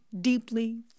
deeply